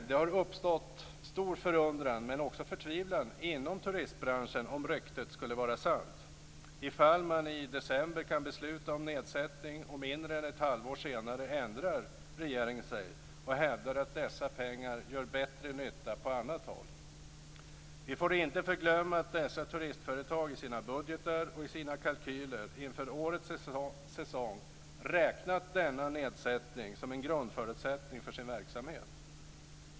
Det har uppstått stor förundran men också förtvivlan inom turistbranschen om ryktet skulle vara sant, dvs. att i december besluta om nedsättning och mindre än ett halvår senare ändra beslutet och hävda att dessa pengar gör bättre nytta på annat håll. Vi får inte glömma att dessa turistföretag i sina budgetar och kalkyler inför årets säsong räknat med denna nedsättning som en grundförutsättning för verksamheten.